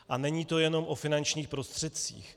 A není to jenom o finančních prostředcích.